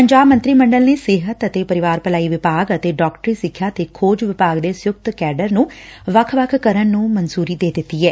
ਪੰਜਾਬ ਮੰਤਰੀ ਮੰਡਲ ਨੇ ਸਿਹਤ ਅਤੇ ਪਰਿਵਾਰ ਭਲਾਈ ਵਿਭਾਗ ਅਤੇ ਡਾਕਟਰੀ ਸਿੱਖਿਆ ਤੇ ਖੋਜ ਵਿਭਾਗ ਦੇ ਸੰਯੁਕਤ ਕੈਡਰ ਨੂੰ ਵੱਖ ਵੱਖ ਕਰਨ ਨੂੰ ਮਨਜੂਰੀ ਦੇ ਦਿੱਤੀ ਐ